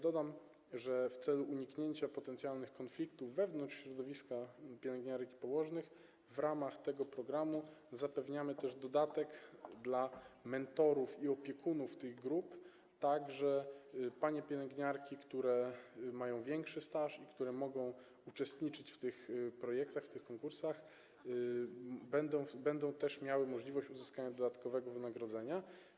Dodam, że w celu uniknięcia potencjalnych konfliktów wewnątrz środowiska pielęgniarek i położnych w ramach tego programu zapewniamy dodatek dla mentorów i opiekunów tych grup, tak że panie pielęgniarki, które mają większy staż i które mogą uczestniczyć w tych projektach, w tych konkursach, będą miały możliwość uzyskania dodatkowego wynagrodzenia.